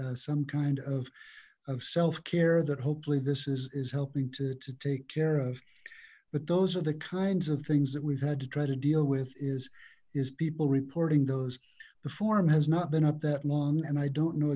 some kind of self care that hopefully this is helping to take care of but those are the kinds of things that we've had to try to deal with is is people reporting those the form has not been up that long and i don't know